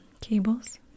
cables